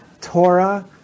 Torah